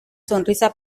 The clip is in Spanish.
sonrisa